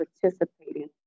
participating